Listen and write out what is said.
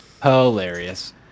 hilarious